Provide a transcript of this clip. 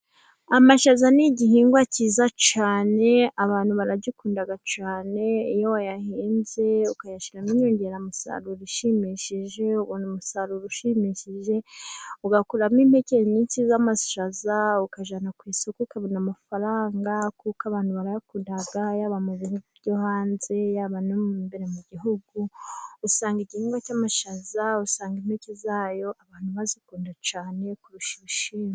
Amashaza ni igihingwa cyiza cyane, abantu baragikunda cyane. Iyo wayahinze ukayashyiramo inyongeramusaruro ishimishije, ubona umusaruro ushimishije, ugakuramo impeke nyinshi z’amashaza, ukajyana ku isoko ukabona amafaranga, kuko abantu barayakunda, yaba mu byo hanze yaba no imbere mu gihugu. Usanga igihingwa cy’amashaza, usanga impeke zayo abantu bazikunda cyane kurusha ibishyimbo.